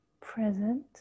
present